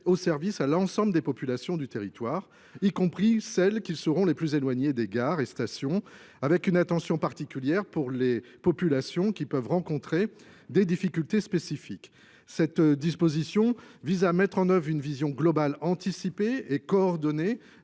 aux services à l'ensemble des populations du territoire, y compris celles qui seront les plus éloignées des gares et des stations avec une attention particulière pour les populations qui peuvent rencontrer spécifiques. Cette disposition vise à mettre en œuvre une vision globale, anticipée et coordonnée